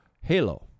Halo